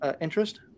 interest